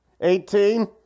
Eighteen